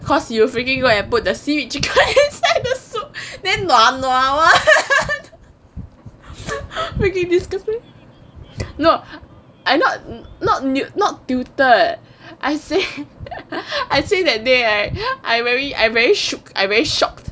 cause you freaking go and put the seaweed chicken inside the soup then nua nua one freaking disgusting no I not not new not tilted eh I say I say that day right I very I very shook I very shocked